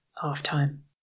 half-time